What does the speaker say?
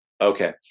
Okay